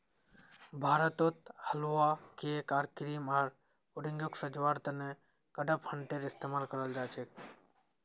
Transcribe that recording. भारतत हलवा, केक आर क्रीम आर पुडिंगक सजव्वार त न कडपहनटेर इस्तमाल कराल जा छेक